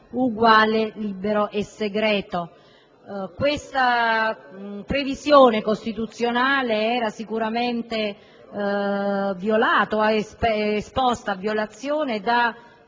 eguale, libero e segreto. Questa previsione costituzionale era sicuramente esposta a violazione dato